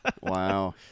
Wow